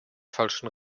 falschen